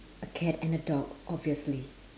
a cat and a dog obviously